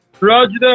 Roger